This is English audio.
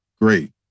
great